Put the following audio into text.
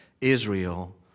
Israel